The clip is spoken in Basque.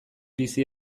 bizi